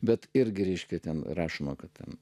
bet irgi reiškia ten rašoma kad ten